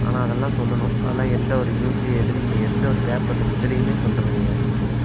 ஆனால் அதெல்லாம் சொல்லணும் அதெல்லாம் எந்தவொரு நியூஸில் எதுலையுமே எந்த ஒரு பேப்பரில் எதுலையுமே சொல்வது கிடையாது